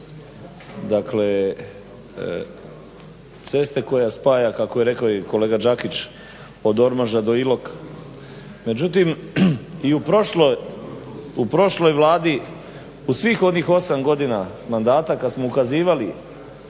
Dakle, ceste koja spaja kako je rekao i kolega Đakić od Ormaža do Iloka. Međutim, i u prošloj Vladi u svih onih osam godina mandata kad smo ukazivali